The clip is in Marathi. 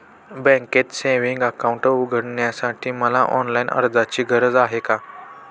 बँकेत सेविंग्स अकाउंट उघडण्यासाठी मला ऑनलाईन अर्जाची गरज आहे का?